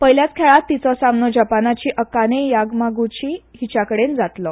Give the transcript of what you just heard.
पयल्याच खेळांत तिचो सामनो जपानची अकाने यामागूची हिचे कडेन जातलो